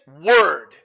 word